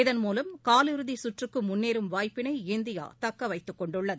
இதன்மூலம் காலிறுதிசுற்றுக்குமுன்னேறும் வாய்ப்பினை இந்தியாதக்கவைத்துக் கொண்டுள்ளது